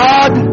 God